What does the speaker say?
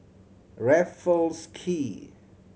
Raffles Quay